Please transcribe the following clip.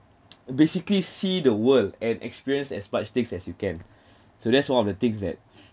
basically see the world and experience as much things as you can so that's one of the things that